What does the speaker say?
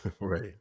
Right